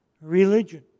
religion